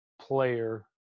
player